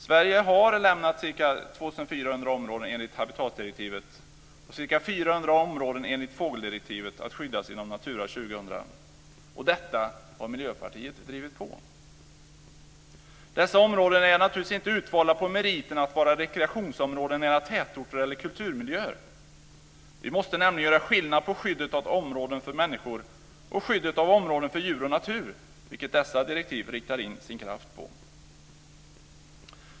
Sverige har lämnat ca 2 400 områden enligt habitatdirektivet och ca 400 områden enligt fågeldirektivet att skyddas inom Natura 2000. Och detta har Miljöpartiet drivit på. Dessa områden är naturligtvis inte utvalda på meriten av att vara rekreationsområden nära tätorter eller kulturmiljöer. Vi måste nämligen göra skillnad på skyddet av områden för människor och skyddet av områden för djur och natur, vilket dessa direktiv riktar in sin kraft på.